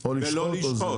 או לשחוט.